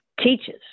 teaches